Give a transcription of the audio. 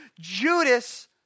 Judas